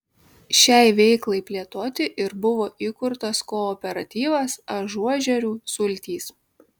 šiai veiklai plėtoti ir buvo įkurtas kooperatyvas ažuožerių sultys